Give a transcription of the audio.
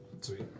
Sweet